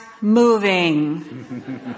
moving